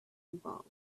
involved